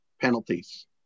penalties